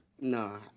No